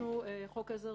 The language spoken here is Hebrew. עצם